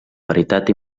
veritat